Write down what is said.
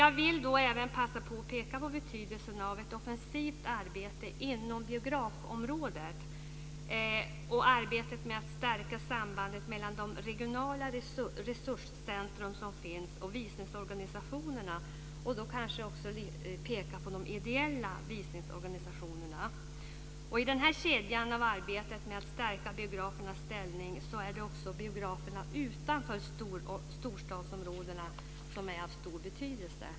Jag vill passa på att även peka på betydelsen av ett offensivt arbete inom biografområdet och arbetet med att stärka sambandet mellan de regionala resurscentrum som finns och visningsorganisationerna och kanske också peka på de ideella visningsorganisationerna. I den här kedjan av arbetet med att stärka biografernas ställning är också biograferna utanför storstadsområdena av stor betydelse.